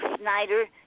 Snyder